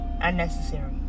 Unnecessary